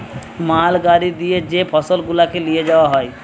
মাল গাড়ি দিয়ে যে ফসল গুলাকে লিয়ে যাওয়া হয়